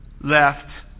left